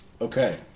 Okay